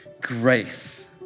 grace